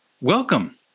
Welcome